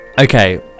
okay